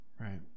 Right